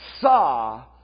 saw